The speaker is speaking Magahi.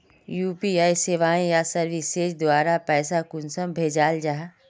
यु.पी.आई सेवाएँ या सर्विसेज द्वारा पैसा कुंसम भेजाल जाहा?